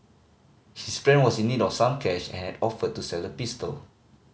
his friend was in need of some cash and had offered to sell the pistol